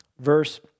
Verse